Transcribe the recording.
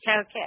Okay